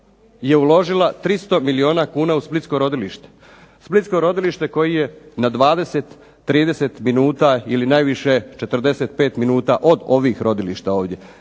je uložila 300 milijuna kuna u splitsko rodilište. Splitsko rodilište koje je na 20, 30 minuta ili najviše 45 minuta od ovih rodilišta ovdje.